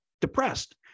depressed